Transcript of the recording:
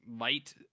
light